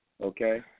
okay